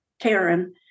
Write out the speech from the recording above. Karen